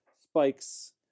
Spike's